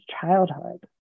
childhood